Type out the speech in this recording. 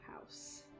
house